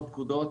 לא פקודות,